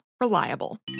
reliable